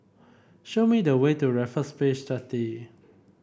show me the way to Raffles Place Jetty